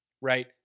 right